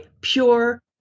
pure